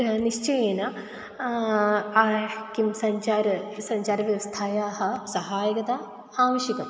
निश्चयेन किं सञ्चार सञ्चारव्यवस्थायाः सहायता आवश्यकम्